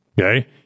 Okay